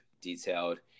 detailed